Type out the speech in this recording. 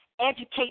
Educate